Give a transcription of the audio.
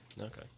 Okay